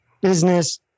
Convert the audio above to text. business